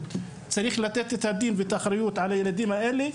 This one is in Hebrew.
צריך לתת את הדין ואת האחריות על הילדים האלה,